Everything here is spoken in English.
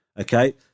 Okay